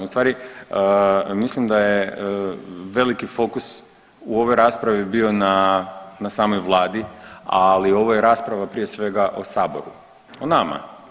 U stvari mislim da je veliki fokus u ovoj raspravi bio na samoj Vladi, ali ovo je rasprava prije svega o Saboru, o nama.